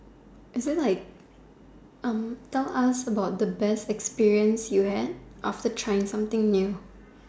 is it like um tell us about the best experience you had after trying something new